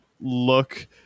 look